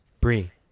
Brie